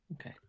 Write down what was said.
okay